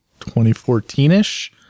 2014-ish